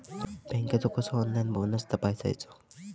बँकेचो कसो online balance तपासायचो?